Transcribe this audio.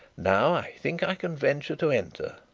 now i think i can venture to enter